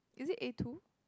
is it a two